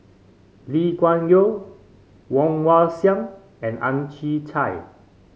Lee Kuan Yew Woon Wah Siang and Ang Chwee Chai